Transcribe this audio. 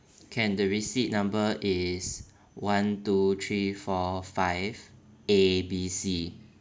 can the receipt number is one two three four five A B C